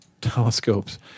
telescopes